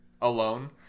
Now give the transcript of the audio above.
alone